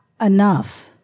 enough